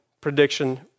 prediction